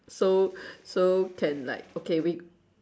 so so can like okay we